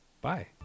Bye